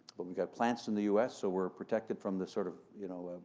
but we've got plants in the u s, so we're protected from this sort of, you know,